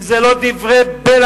אם זה לא דברי בלע,